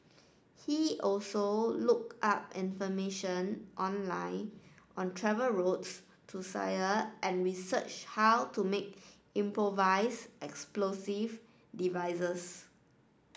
he also look up information online on travel routes to Syria and researched how to make improvise explosive devices